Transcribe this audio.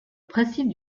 principe